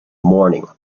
morning